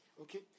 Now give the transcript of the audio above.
okay